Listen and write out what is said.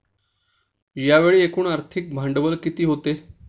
यावेळी एकूण आर्थिक भांडवल किती होते?